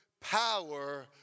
power